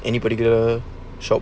any particular shop